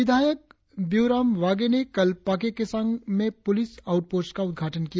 विधायक बियूराम वागे ने कल पाक्के केसांग में पूलिस आऊट पोस्ट का उद्घाटन किया